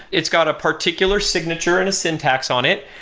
it's got a particular signature and a syntax on it,